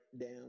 down